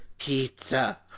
pizza